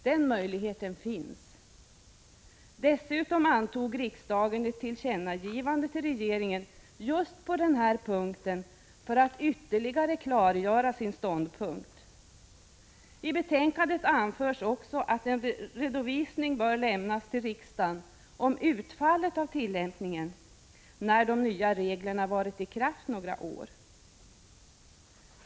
Dessutom antog riksdagen ett tillkännagivande till regeringen just på den punkten för att ytterligare klargöra sin ståndpunkt. I betänkandet anförs också att en redovisning bör lämnas till riksdagen om utfallet av tillämpningen, när de nya reglerna varit i kraft några år.